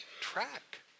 track